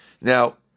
Now